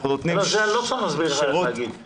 אנחנו נותנים ----- -אני לא צריך להסביר לך -- -לראייה,